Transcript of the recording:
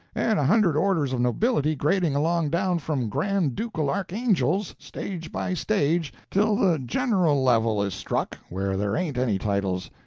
and a hundred orders of nobility, grading along down from grand-ducal archangels, stage by stage, till the general level is struck, where there ain't any titles.